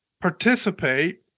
participate